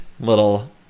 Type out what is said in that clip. little